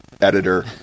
editor